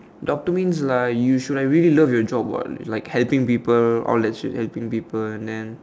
doctor means like you should have really love your job what like helping people all that shit helping people and then